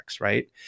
right